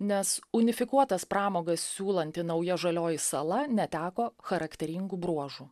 nes unifikuotas pramogas siūlanti nauja žalioji sala neteko charakteringų bruožų